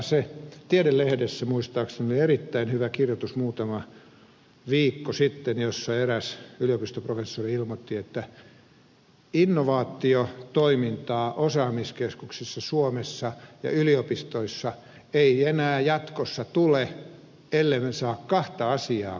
tiede lehdessä muistaakseni oli erittäin hyvä kirjoitus muutama viikko sitten jossa eräs yliopiston professori ilmoitti että innovaatiotoimintaa osaamiskeskuksissa suomessa ja yliopistoissa ei enää jatkossa tule ellemme saa kahta asiaa kunnolla